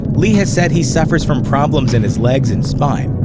li has said he suffers from problems in his legs and spine,